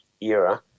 era